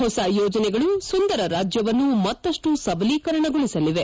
ಹೊಸ ಯೋಜನೆಗಳು ಸುಂದರ ರಾಜ್ಯವನ್ನು ಮತ್ತಷ್ಟು ಸಬಲೀಕರಣಗೊಳಿಸಲಿದೆ